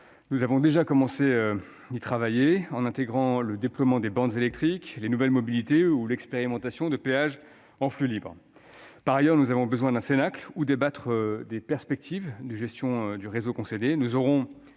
Nous avons déjà commencé à y travailler, en intégrant le déploiement de bornes électriques, les nouvelles mobilités ou l'expérimentation de péages en flux libre. Par ailleurs, nous avons besoin d'un cénacle où débattre des perspectives de gestion du réseau concédé.